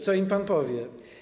Co im pan powie?